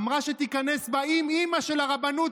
היא אמרה שתיכנס באימ-אימא של הרבנות,